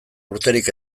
urterik